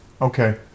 Okay